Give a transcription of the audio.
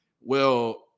Well-